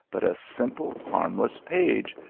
but a simple, harmless page,